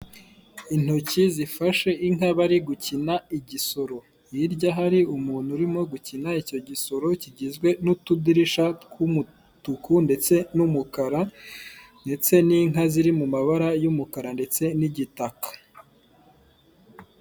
Intoki zifashe inka bari gukina igisoro, hirya hari umuntu urimo gukina icyo gisoro kigizwe n'utudirisha tw'umutuku ndetse n'umukara, ndetse n'inka ziri mu mabara y'umukara ndetse n'igitaka.